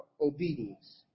obedience